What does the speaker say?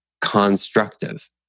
constructive